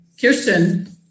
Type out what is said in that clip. Kirsten